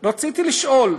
רציתי לשאול: